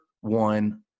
one